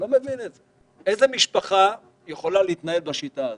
איזה משפחה יכולה להתנהל בשיטה הזו?